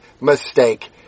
mistake